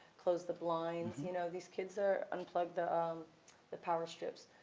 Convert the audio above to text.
close the blinds, you know. these kids are unplug the um the power strips,